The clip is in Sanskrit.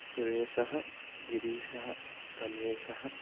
सुरेशः गिरीशः रमेशः